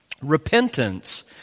repentance